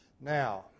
Now